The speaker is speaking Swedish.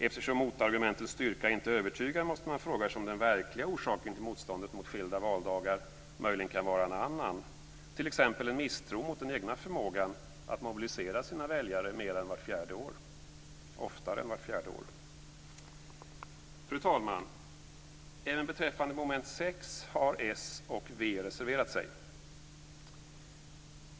Eftersom motargumentens styrka inte övertygar måste man fråga sig om den verkliga orsaken till motståndet till skilda valdagar möjligen kan vara en annan, t.ex. en misstro mot den egna förmågan att mobilisera sina väljare oftare än vart fjärde år. Fru talman! Även beträffande mom. 6 har s och v reserverat sig.